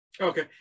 Okay